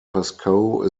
pascoe